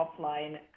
offline